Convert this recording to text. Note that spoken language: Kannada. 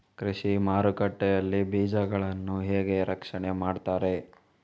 ಕೃಷಿ ಮಾರುಕಟ್ಟೆ ಯಲ್ಲಿ ಬೀಜಗಳನ್ನು ಹೇಗೆ ರಕ್ಷಣೆ ಮಾಡ್ತಾರೆ?